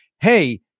hey